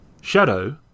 Shadow